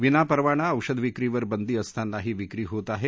विनापरवाना औषध विक्रीवर बंदी असतानाही विक्री होत आहे